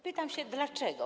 Pytam się: Dlaczego?